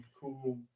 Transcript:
cool